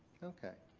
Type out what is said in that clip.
okay.